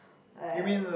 like like